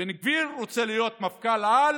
בן גביר רוצה להיות מפכ"ל-על